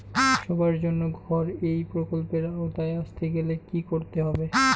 সবার জন্য ঘর এই প্রকল্পের আওতায় আসতে গেলে কি করতে হবে?